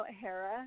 Hera